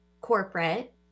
corporate